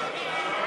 ולשכתו,